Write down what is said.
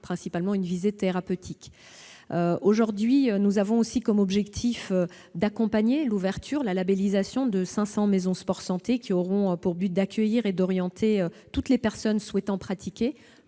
principalement thérapeutique. Nous avons pour objectif d'accompagner l'ouverture et la labellisation de 500 maisons sport-santé, qui auront pour vocation d'accueillir et d'orienter toutes les personnes souhaitant pratiquer